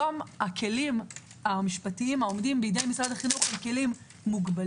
היום הכלים המשפטיים העומדים בידי משרד החינוך הם כלים מוגבלים.